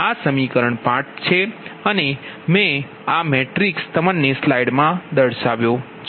આ સમીકરણ 5 છે